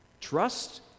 trust